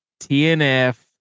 TNF